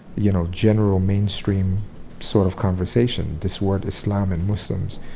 you know, general mainstream sort of conversation, this word islam and muslims.